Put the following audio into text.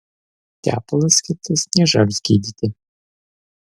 tepalas skirtas niežams gydyti